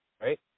right